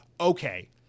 okay